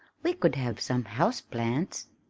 we could have some houseplants!